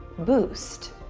boost.